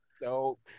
Nope